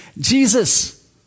Jesus